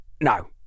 No